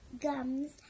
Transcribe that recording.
gums